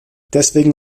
deswegen